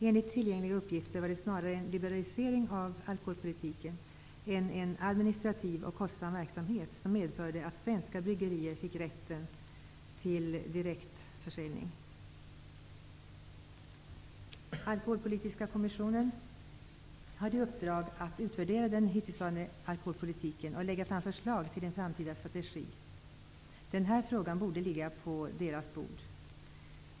Enligt tillgängliga uppgifter var det snarare en liberalisering av alkoholpolitiken än en administrativt kostsam verksamhet som medförde att svenska bryggerier fick rätten till direktförsäljning. Alkoholpolitiska kommissionen hade i uppdrag att utvärdera den hitillsvarande alkoholpolitiken och lägga fram ett förslag till en framtida strategi. Den här frågan borde ligga på kommissionens bord.